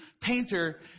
painter